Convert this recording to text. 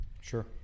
Sure